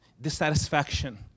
dissatisfaction